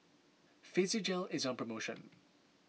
Physiogel is on promotion